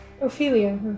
Ophelia